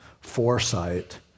foresight